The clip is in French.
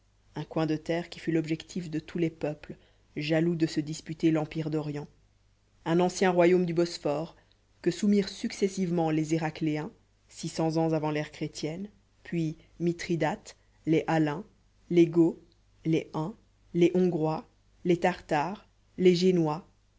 un coin de terre qui fut l'objectif de tous les peuples jaloux de se disputer l'empire d'orient un ancien royaume du bosphore que soumirent successivement les héracléens six cents ans avant l'ère chrétienne puis mithridate les alains les goths les huns les hongrois les tartares les génois